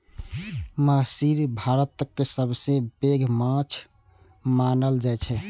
महसीर भारतक सबसं पैघ माछ मानल जाइ छै